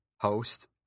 host